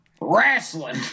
Wrestling